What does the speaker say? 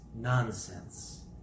nonsense